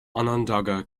onondaga